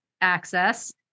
access